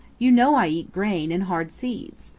you know i eat grain and hard seeds.